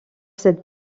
cette